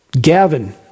Gavin